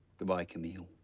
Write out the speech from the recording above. goodbye, camille.